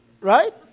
Right